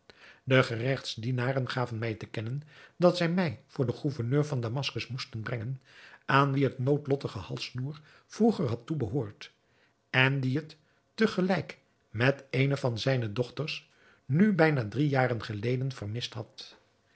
de geregtsdienaren gaven mij te kennen dat zij mij voor den gouverneur van damaskus moesten brengen aan wien het noodlottige halssnoer vroeger had toebehoord en die het te gelijk met eene van zijne dochters nu bijna drie jaren geleden vermist had